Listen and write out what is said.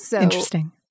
Interesting